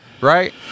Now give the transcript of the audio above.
right